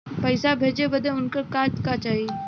पैसा भेजे बदे उनकर का का चाही?